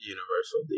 Universal